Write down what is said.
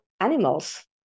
animals